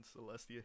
Celestia